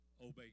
obey